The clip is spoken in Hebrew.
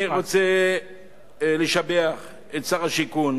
אני רוצה לשבח את שר השיכון